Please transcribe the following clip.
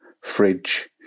fridge